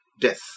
death